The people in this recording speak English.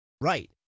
Right